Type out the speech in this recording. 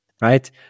Right